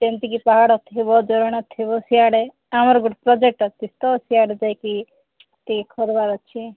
ଯେମିତିକି ପାହାଡ଼ ଥିବ ଝରଣା ଥିବ ସିଆଡ଼େ ଆମର୍ ଗୋଟେ ପ୍ରୋଜେକ୍ଟ ଅଛି ତ ସିଆଡ଼େ ଯାଇକି ଟିକେ କରବାର୍ ଅଛି